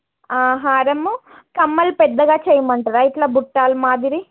హారము కమ్మలు పెద్దగా చేయమంటారా ఇలా బుట్టల మాదిరి